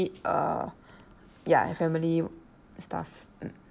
err yeah your family stuff mm